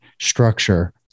structure